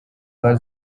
rwa